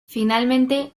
finalmente